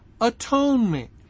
atonement